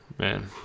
Man